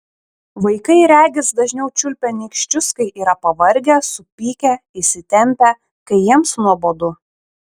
vaikai regis dažniau čiulpia nykščius kai yra pavargę supykę įsitempę kai jiems nuobodu